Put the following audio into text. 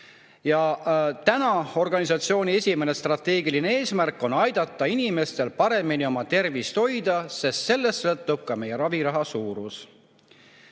Ja täna on organisatsiooni esimene strateegiline eesmärk aidata inimestel paremini oma tervist hoida, sest sellest sõltub ka meie raviraha suurus.